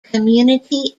community